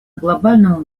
глобальном